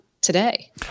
today